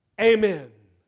Amen